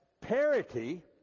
parity